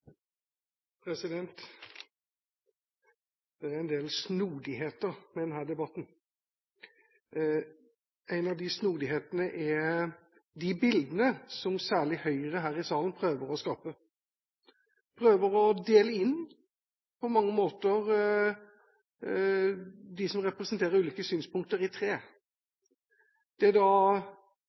er de bildene som særlig Høyre her i salen prøver å skape – en prøver å dele inn dem som representerer ulike synspunkter, i tre. Det er